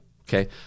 Okay